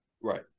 Right